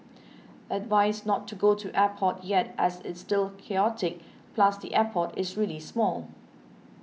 advised not to go to airport yet as it's still chaotic plus the airport is really small